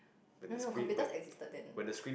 no no computer existed then but